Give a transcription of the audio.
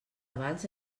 abans